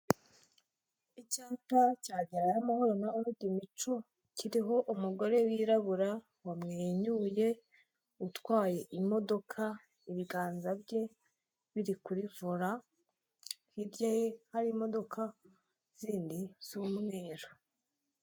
Icyapa cya gerayo amahoro na orudimico kiriho umugore wirabura wamwenyuye utwaye imodoka, ibiganza bye biri kuri vora, hirya ye hari imodoka zindi z'umweru.